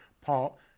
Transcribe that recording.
Paul